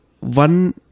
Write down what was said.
one